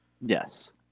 Yes